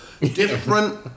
different